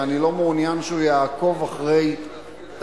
ואני לא מעוניין שהוא יעקוב אחרי אזרחים,